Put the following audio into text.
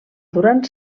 durant